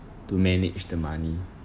to manage the money